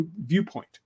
viewpoint